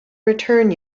return